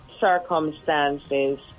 circumstances